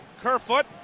Kerfoot